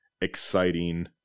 exciting